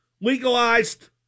legalized